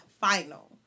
final